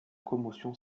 commotion